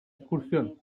excursión